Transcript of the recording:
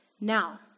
Now